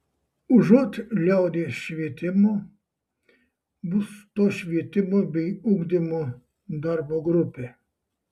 užuot liaudies švietimo bus to švietimo bei ugdymo darbo grupė